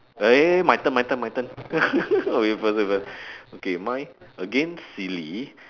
eh my turn my turn my turn wait first wait first okay mine again silly